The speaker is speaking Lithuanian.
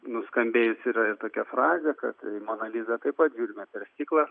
nuskambėjus yra ir tokia frazė kad į moną lizą taip pat žiūrime per stiklą